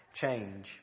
change